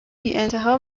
بیانتها